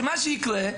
שמה שיקרה,